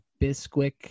bisquick